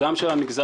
מה קרה לכם,